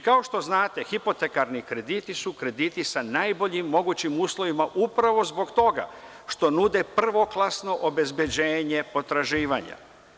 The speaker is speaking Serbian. Kao što znate, hipotekarni krediti su krediti sa najboljim mogućim uslovima zbog toga što nude prvoklasno obezbeđenje potraživanja.